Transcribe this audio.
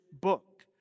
book